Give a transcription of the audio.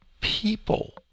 people